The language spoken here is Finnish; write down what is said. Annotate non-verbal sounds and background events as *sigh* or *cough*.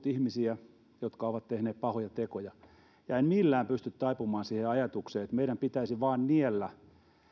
*unintelligible* ihmisiä jotka ovat tehneet pahoja tekoja en millään pysty taipumaan siihen ajatukseen että meidän pitäisi vain niellä